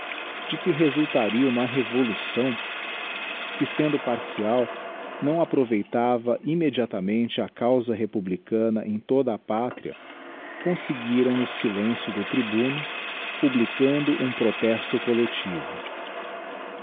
de que resultaria uma revolução que sendo parcial não aproveitava immediatamente á causa republicana em toda a pátria conseguiram o silencio do tribuno publicando um protesto couectivo